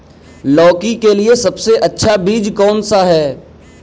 लौकी के लिए सबसे अच्छा बीज कौन सा है?